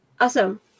Awesome